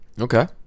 Okay